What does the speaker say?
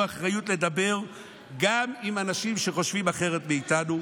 אחריות לדבר גם עם אנשים שחושבים אחרת מאיתנו,